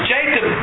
Jacob